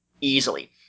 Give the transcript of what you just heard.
easily